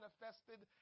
manifested